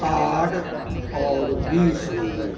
आर आउर बी सङ्गीत